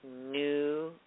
new